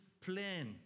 plan